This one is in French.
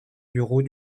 bureaux